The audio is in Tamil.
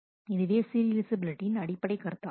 இதுவே சீரியலைஃசபிலிட்டியின் அடிப்படையான கருத்தாகும்